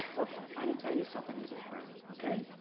look, i'm trying to tell you something as a friend, okay?